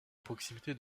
proximité